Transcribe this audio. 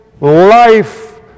life